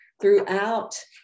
throughout